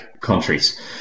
countries